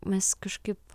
mes kažkaip